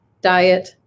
diet